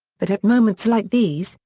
but at moments like these,